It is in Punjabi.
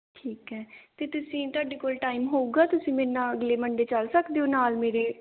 ਠੀਕ ਹੈ ਅਤੇ ਤੁਸੀਂ ਤੁਹਾਡੇ ਕੋਲ ਟਾਈਮ ਹੋਊਗਾ ਤੁਸੀਂ ਮੇਰੇ ਨਾਲ ਅਗਲੇ ਮੰਡੇ ਚੱਲ ਸਕਦੇ ਹੋ ਨਾਲ ਮੇਰੇ